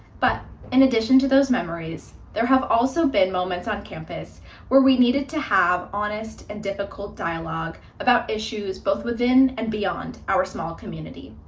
but in addition to those memories, there have also been moments on campus where we needed to have honest and difficult dialogue about issues both within and beyond our small community.